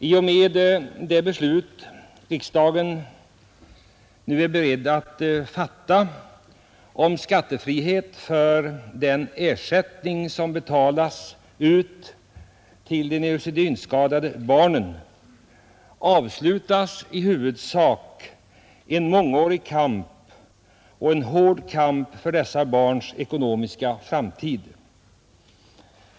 I och med det beslut riksdagen nu är beredd att fatta om skattefrihet för den ersättning som betalas ut till de neurosedynskadade barnen avslutas i huvudsak en mångårig och hård kamp för dessa barns ekonomiska framtid.